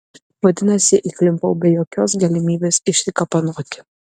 vadinasi įklimpau be jokios galimybės išsikapanoti